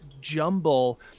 jumble